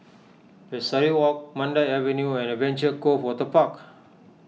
Pesari Walk Mandai Avenue and Adventure Cove Waterpark